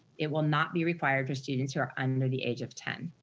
it will not be required for students who are under the age of ten.